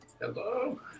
Hello